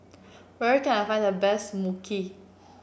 where can I find the best Mui Kee